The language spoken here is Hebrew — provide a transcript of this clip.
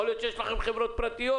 יכול להיות שיש לכם חברות פרטיות.